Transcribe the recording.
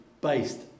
based